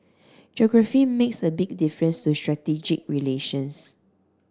geography makes a big difference to strategic relations